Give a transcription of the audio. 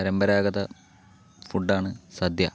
പരമ്പരാഗത ഫുഡാണ് സദ്യ